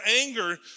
anger